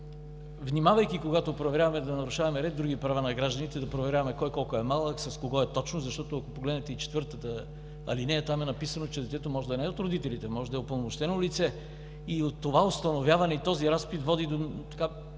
внимавайки, когато проверяваме за нарушаване на ред други права на гражданите, да проверяваме кой-колко е малък, с кого е точно. Ако погледнете ал. 4, там е написано, че детето може да не е с родителите, може да е с упълномощено лице и това установяване и този разпит водят до